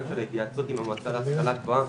של ההתייעצות עם המועצה להשכלה גבוהה.